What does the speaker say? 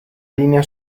linea